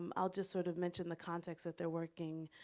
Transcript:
um i'll just sort of mention the context that they're working,